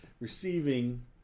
receiving